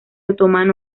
otomano